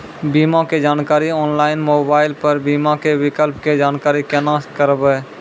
बीमा के जानकारी ऑनलाइन मोबाइल पर बीमा के विकल्प के जानकारी केना करभै?